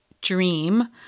dream